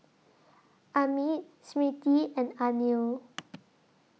Amit Smriti and Anil